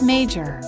Major